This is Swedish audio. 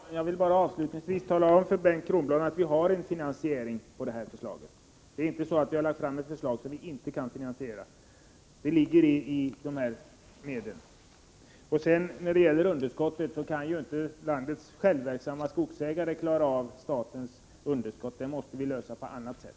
Herr talman! Jag vill avslutningsvis tala om för Bengt Kronblad att vi har en finansiering. Vi har inte lagt fram ett förslag som vi inte kan finansiera. Beträffande underskottet vill jag säga att de självverksamma skogsägarna inte kan klara detta underskott — den frågan måste lösas på annat sätt.